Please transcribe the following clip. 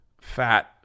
fat